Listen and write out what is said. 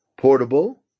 portable